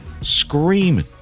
Screaming